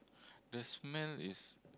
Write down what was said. the smell is